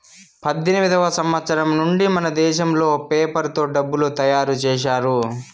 పద్దెనిమిదివ సంవచ్చరం నుండి మనదేశంలో పేపర్ తో డబ్బులు తయారు చేశారు